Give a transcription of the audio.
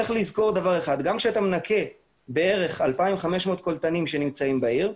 צריך לזכור שגם כאשר אתה מנקה בערך 2,500 קולטנים שנמצאים בעיר,